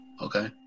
okay